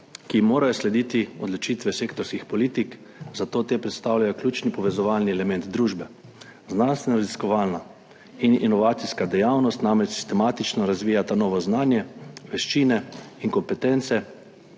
ki ji morajo slediti odločitve sektorskih politik, zato te predstavljajo ključni povezovalni element družbe. Znanstvenoraziskovalna in inovacijska dejavnost namreč sistematično razvijata novo znanje, veščine in kompetence